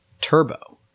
Turbo